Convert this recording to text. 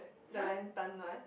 the lantern one